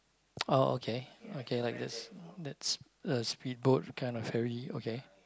oh okay okay like this that's a speedboat kind of heavy okay